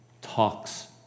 talks